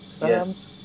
Yes